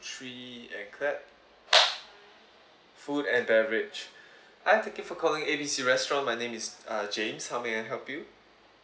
three and clap food and beverage hi thank you for calling A B C restaurant my name is uh james how may I help you